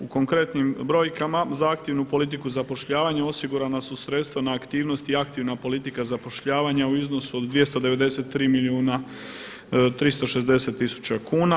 U konkretnim brojkama za aktivnu politiku zapošljavanja osigurana su sredstva na aktivnosti – Aktivna politika zapošljavanja u iznosu od 293 milijuna 360 tisuća kuna.